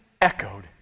echoed